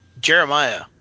Jeremiah